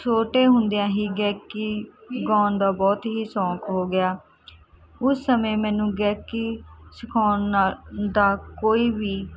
ਛੋਟੇ ਹੁੰਦਿਆਂ ਹੀ ਗਾਇਕੀ ਗਾਉਣ ਦਾ ਬਹੁਤ ਹੀ ਸ਼ੌਕ ਹੋ ਗਿਆ ਉਸ ਸਮੇਂ ਮੈਨੂੰ ਗਾਇਕੀ ਸਿਖਾਉਣ ਨਾ ਦਾ ਕੋਈ ਵੀ